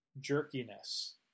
jerkiness